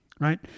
Right